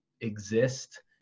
exist